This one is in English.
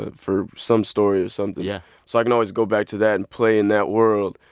ah for some story or something. yeah so i can always go back to that and play in that world.